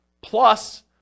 plus